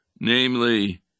namely